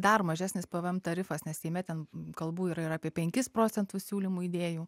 dar mažesnis pvm tarifas nes seime ten kalbų yra ir apie penkis procentus siūlymų idėjų